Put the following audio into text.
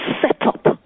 setup